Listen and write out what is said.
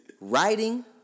Writing